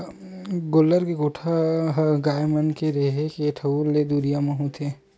गोल्लर के कोठा ह गाय मन के रेहे के ठउर ले दुरिया म होथे